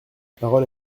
parole